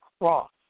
cross